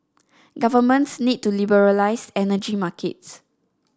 governments need to liberalise energy markets